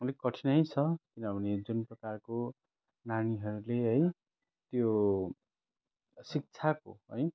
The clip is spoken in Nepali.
अलिक कठिनै छ किन भने जुन प्रकारको नानीहरूले है त्यो शिक्षाको है